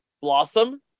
Blossom